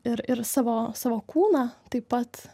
ir ir savo savo kūną taip pat